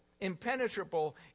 impenetrable